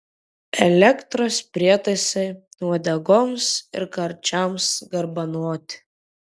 elektros prietaisai uodegoms ir karčiams garbanoti